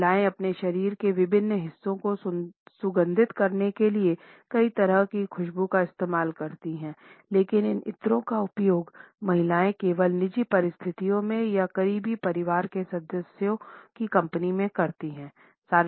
महिलाएं अपने शरीर के विभिन्न हिस्सों को सुगंधित करने के लिए कई तरह की खुशबू का इस्तेमाल करती हैं लेकिन इन इत्रों का उपयोग महिलाएं केवल निजी परिस्थितियों में या करीबी परिवार के सदस्य की कंपनी में करती हैं